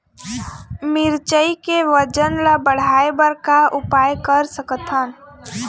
मिरचई के वजन ला बढ़ाएं बर का उपाय कर सकथन?